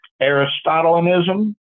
Aristotelianism